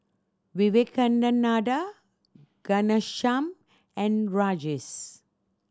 Vivekananda Ghanshyam and Rajesh